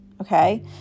okay